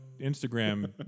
Instagram